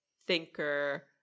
thinker